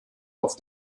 auf